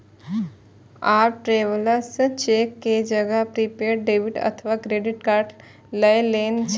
आब travellers cheque के जगह प्रीपेड डेबिट अथवा क्रेडिट कार्ड लए लेने छै